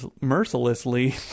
mercilessly